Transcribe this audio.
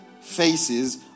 faces